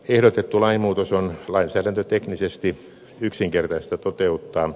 ehdotettu lainmuutos on lainsäädäntöteknisesti yksinkertaista toteuttaa